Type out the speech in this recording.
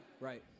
Right